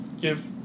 give